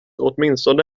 åtminstone